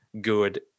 good